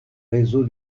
réseau